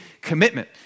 commitment